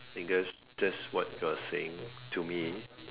because that's what you're saying to me